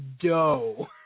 dough